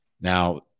Now